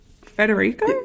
Federico